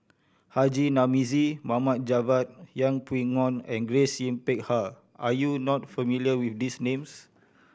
Haji Namazie Mohd Javad Yeng Pway Ngon and Grace Yin Peck Ha are you not familiar with these names